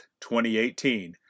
2018